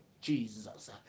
Jesus